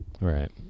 Right